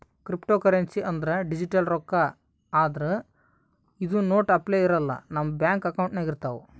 cryptocurrency ಅಂದ್ರ digital ರೊಕ್ಕಾ ಆದ್ರ್ ಇದು ನೋಟ್ ಅಪ್ಲೆ ಇರಲ್ಲ ನಮ್ ಬ್ಯಾಂಕ್ ಅಕೌಂಟ್ನಾಗ್ ಇರ್ತವ್